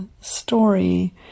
story